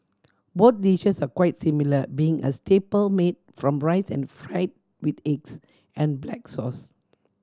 both dishes are quite similar being a staple made from rice and fried with eggs and black sauce